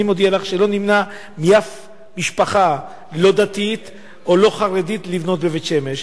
אני מודיע לך שלא נמנע מאף משפחה לא-דתית או לא-חרדית לבנות בבית-שמש.